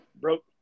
Broke